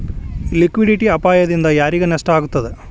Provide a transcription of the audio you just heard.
Liquidity ಅಪಾಯ ದಿಂದಾ ಯಾರಿಗ್ ನಷ್ಟ ಆಗ್ತದ?